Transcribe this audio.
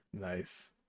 nice